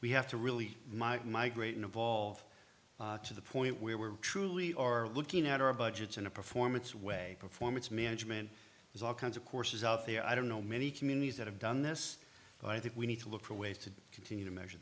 we have to really migrate and evolve to the point where we're truly are looking at our budgets in a performance way performance management there's all kinds of courses out there i don't know many communities that have done this but i think we need to look for ways to continue to measure